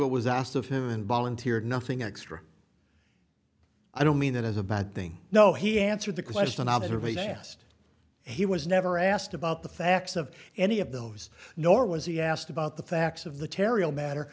what was asked of him and bolland here nothing extra i don't mean that as a bad thing no he answered the question an observation asked he was never asked about the facts of any of those nor was he asked about the facts of the terril matter